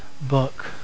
book